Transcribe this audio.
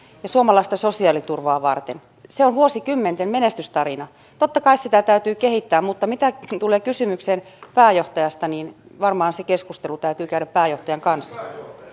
ja suomalaista sosiaaliturvaa varten se on vuosikymmenten menestystarina totta kai sitä täytyy kehittää mutta mitä tulee kysymykseen pääjohtajasta niin varmaan se keskustelu täytyy käydä pääjohtajan kanssa